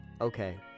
Okay